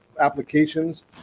applications